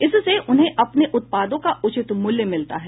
इससे उन्हें अपने उत्पादों का उचित मूल्य मिलता है